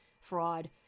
fraud